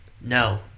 No